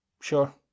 Sure